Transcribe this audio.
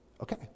Okay